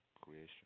creation